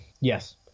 Yes